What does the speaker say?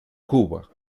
cuba